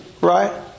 right